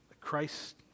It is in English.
Christ